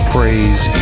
Praise